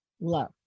Love